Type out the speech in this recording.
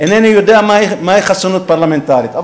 אינני יודע מה היא חסינות פרלמנטרית.